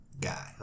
guy